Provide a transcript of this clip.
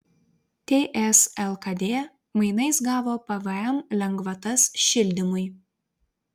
ts lkd mainais gavo pvm lengvatas šildymui